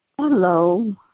Hello